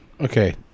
Okay